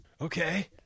okay